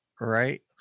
Right